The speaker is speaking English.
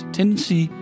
Tendency